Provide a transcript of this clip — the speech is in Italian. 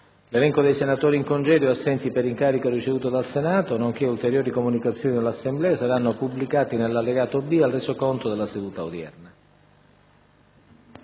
L'elenco dei senatori in congedo e assenti per incarico ricevuto dal Senato, nonché ulteriori comunicazioni all'Assemblea saranno pubblicati nell'allegato B al Resoconto della seduta odierna.